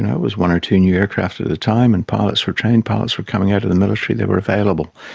and it was one or two new aircraft at the time, and pilots were trained, pilots were coming out of the military, they were available,